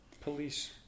police